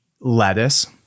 lettuce